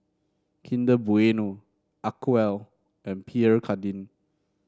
Kinder Bueno Acwell and Pierre Cardin